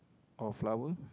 or flower